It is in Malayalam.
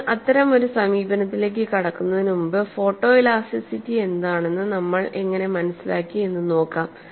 അതിനാൽ അത്തരം ഒരു സമീപനത്തിലേക്ക് കടക്കുന്നതിന് മുമ്പ് ഫോട്ടോഇലാസ്റ്റിറ്റി എന്താണെന്ന് നമ്മൾ എങ്ങനെ മനസ്സിലാക്കി എന്ന് നോക്കാം